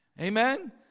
Amen